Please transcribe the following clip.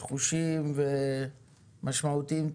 נחושים ומשמעותיים.